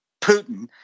Putin